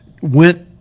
went